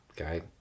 okay